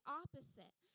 opposite